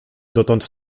dotąd